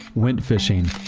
went fishing,